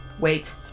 wait